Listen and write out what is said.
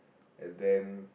and then